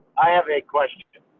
i have a question.